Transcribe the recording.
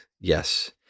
yes